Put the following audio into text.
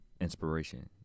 Inspiration